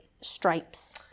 stripes